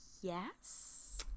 yes